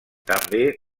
també